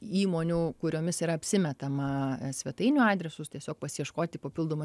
įmonių kuriomis yra apsimetama svetainių adresus tiesiog pasiieškoti papildomo